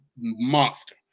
monster